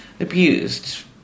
abused